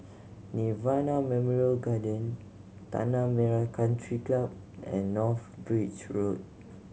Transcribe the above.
Nirvana Memorial Garden Tanah Merah Country Club and North Bridge Road